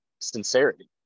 sincerity